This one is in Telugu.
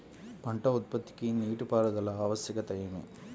పంట ఉత్పత్తికి నీటిపారుదల ఆవశ్యకత ఏమి?